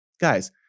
Guys